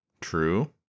True